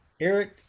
Eric